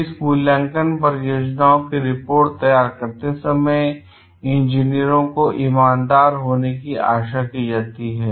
इस मूल्यांकन परियोजनाओं की रिपोर्ट तैयार करते समय इंजीनियरों को ईमानदार होने की आशा की जाती है